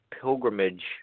pilgrimage